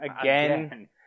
again